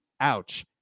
ouch